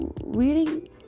reading